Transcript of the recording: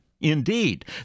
Indeed